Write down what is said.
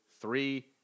three